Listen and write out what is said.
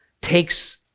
takes